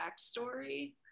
backstory